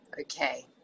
Okay